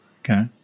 Okay